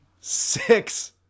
Six